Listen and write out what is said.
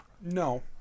no